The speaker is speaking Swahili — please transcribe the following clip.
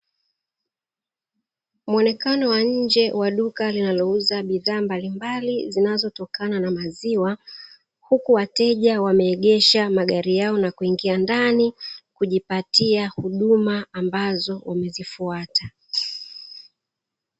Muonekano wa nje wa duka linalouza bidhaa mbalimbali zinazotokana na maziwa, huku wateja wameegesha magari yao na kuingia ndani kujipatia huduma ambazo wamezifuata.